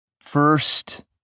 first